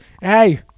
Hey